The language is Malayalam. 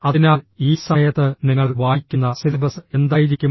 അതിനാൽ ഈ സമയത്ത് നിങ്ങൾ വായിക്കുന്ന സിലബസ് എന്തായിരിക്കും